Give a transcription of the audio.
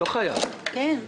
סליחה,